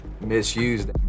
Misused